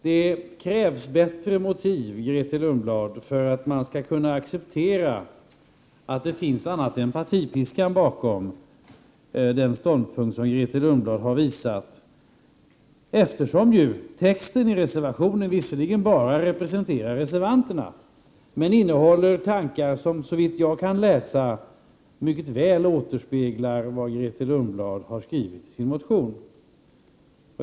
Det krävs bättre motiv, Grethe Lundblad, för att jag skall kunna acceptera att det finns annat än partipiskan bakom den ståndpunkt som Grethe Lundblad har, eftersom ju texten i reservationen bara representerar reservanterna, men innehåller tankar som såvitt jag kan förstå mycket väl återspeglar vad Grethe Lundblad har skrivit i sin motion.